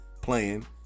playing